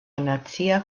nacia